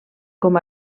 com